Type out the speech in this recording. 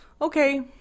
okay